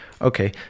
Okay